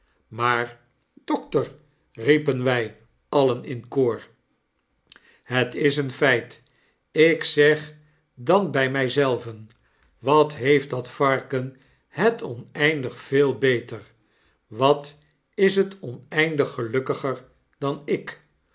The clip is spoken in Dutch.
maar dokter riepen wy alien in koor het is een feit ik zeg dan by my zelven wat heeft dat varken het oneindig veel beter wat is het oneindig gelukkiger dan ik